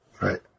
Right